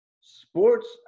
sports